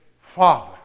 Father